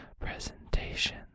presentation